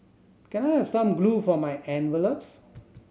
can I have some glue for my envelopes